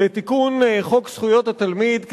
לתיקון חוק זכויות התלמיד,